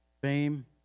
Fame